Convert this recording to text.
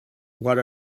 what